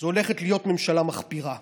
זו הולכת להיות ממשלה מחפירה.